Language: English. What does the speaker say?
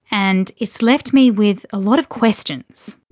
and it's left me with a lot of questions.